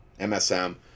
msm